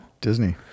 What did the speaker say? disney